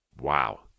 Wow